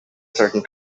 certain